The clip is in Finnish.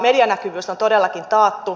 medianäkyvyys on todellakin taattu